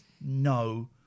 no